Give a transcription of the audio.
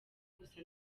gusa